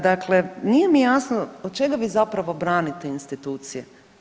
Dakle, nije mi jasno od čega vi zapravo branite institucije.